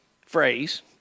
phrase